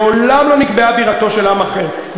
מעולם לא נקבעה בירתו של עם אחר,